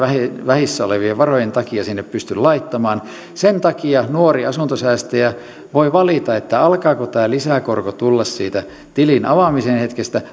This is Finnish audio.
vähissä olevien varojen takia sinne pysty laittamaan niin sen takia nuori asuntosäästäjä voi valita alkaako tämä lisäkorko tulla siitä tilin avaamisen hetkestä